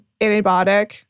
antibiotic